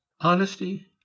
honesty